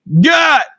got